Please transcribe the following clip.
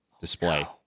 display